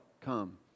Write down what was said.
come